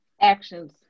Actions